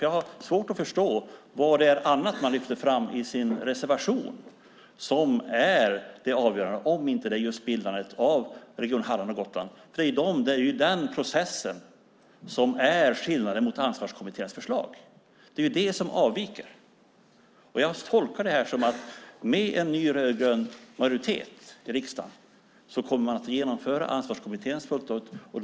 Jag har svårt att förstå vad annat man lyfter fram i sin reservation som det avgörande om det just inte är bildandet av Region Halland och Gotland. Det är den processen som är skillnaden mot Ansvarskommitténs förslag. Det är vad som avviker. Jag tolkar detta som att med en ny rödgrön majoritet i riksdagen kommer man att genomföra Ansvarskommitténs förslag.